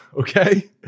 Okay